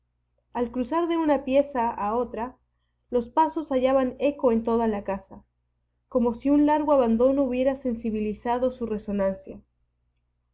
al cruzar de una pieza a otra los pasos hallaban eco en toda la casa como si un largo abandono hubiera sensibilizado su resonancia